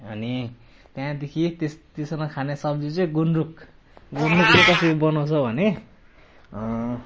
अनि त्यहाँदेखि त्योसँग खाने सब्जी चाहिँ गुन्द्रुक गुन्द्रुक चाहिँ कसरी बनाउँछ भने